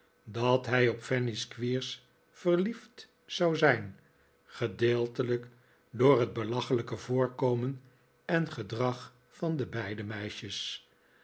dat hij op fanny squeers verliefd zou zijn gedeeltelijk door het belachelijke voorkomen en gedrag van de beide meisjes